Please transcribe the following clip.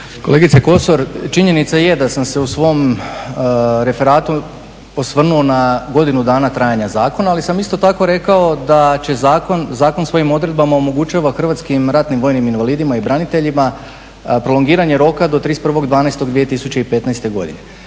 Kolegice Kosor, činjenica je da sam se u svom referatu osvrnuo na godinu dana trajanja zakona, ali sam isto tako rekao da će zakon, zakon svojim odredbama omogućava Hrvatskim ratnim vojnim invalidima i braniteljima prolongiranje roka do 31.12.2015. godine.